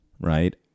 right